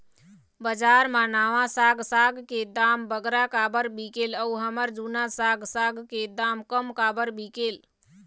बजार मा नावा साग साग के दाम बगरा काबर बिकेल अऊ हमर जूना साग साग के दाम कम काबर बिकेल?